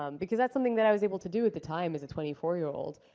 um because that's something that i was able to do at the time as a twenty four year old,